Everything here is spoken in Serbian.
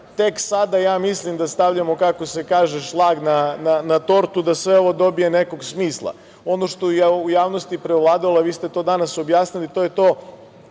sada ja mislim da stavljamo, kako se kaže, šlag na tortu, da sve ovo dobije nekog smisla. Ono što je u javnosti preovladalo, a vi ste to danas objasnili, to je to